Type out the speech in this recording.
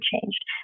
changed